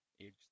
age